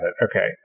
Okay